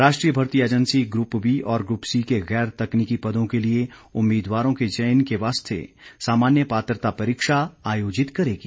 राष्ट्रीय भर्ती agency group B और ग्रुप सी के गैर तकनीकी पदों के लिए उम्मीदवारों के चयन के वास्ते सामान्य पात्रता परीक्षा आयोजित करेगी